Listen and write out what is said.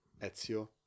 Ezio